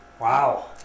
Wow